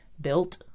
built